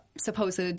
supposed